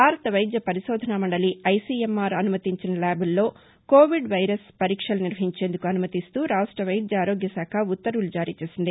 భారత వైద్య పరిశోధనా మండలి ఐసిఎంఆర్ అనుమతించిన ల్యాబ్లలో కోవిడ్ వైరస్ పరీక్షలు నిర్వహించేందుకు అసుమతినిస్తూ రాష్టవైద్య ఆరోగ్య శాఖ ఉత్తర్వులు జారీ చేసింది